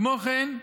כמו כן,